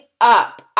up